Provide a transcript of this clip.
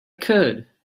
could